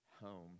home